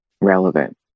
relevant